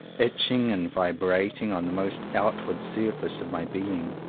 itching and vibrating, on the most outward surface of my being.